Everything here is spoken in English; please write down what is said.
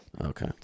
Okay